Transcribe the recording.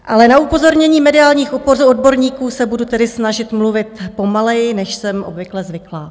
Ale na upozornění mediálních odborníků se budu tedy snažit mluvit pomaleji, než jsem obvykle zvyklá.